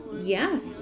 yes